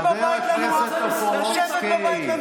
חבר הכנסת טופורובסקי.